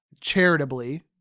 charitably